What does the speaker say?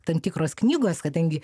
tam tikros knygos kadangi